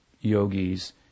yogis